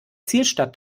zielstadt